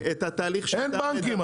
אין בנקים.